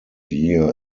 year